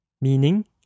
meaning